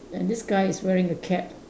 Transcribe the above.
and this guy is wearing a cap